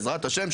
בעזרת השם,